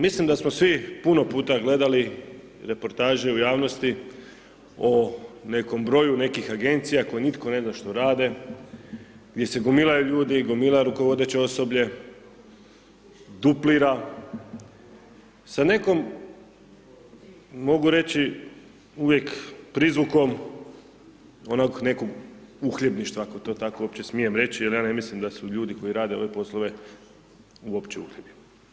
Mislim da smo svi puno puta gledali reportaže u javnosti o nekom broju nekih agencija koje nitko ne zna što rade, gdje se gomilaju ljudi, gomilaju rukovodeće osoblje, duplira, sa nekom mogu reći uvijek prizvukom onako nekog uhljebništva, ako to tako uopće smijem reći jer ja ne mislim da su ljudi koji rade ove poslove uopće uhljebi.